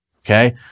okay